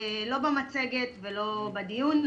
לא במצגת ולא בדיון.